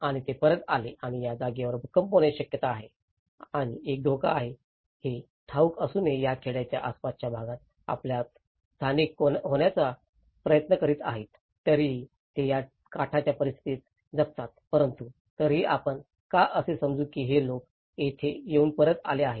आणि ते परत आले आणि या जागेवर भूकंप होण्याची शक्यता आहे आणि एक धोका आहे हे ठाऊक असूनही या खेड्याच्या आसपासच्या भागात आपल्यात स्थायिक होण्याचा प्रयत्न करीत आहेत तरीही ते या काठाच्या परिस्थितीत जगतात परंतु तरीही आपण का असे समजू की हे लोक येथे येऊन परत आले आहेत